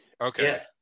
Okay